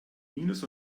minus